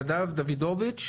נדב דוידוביץ',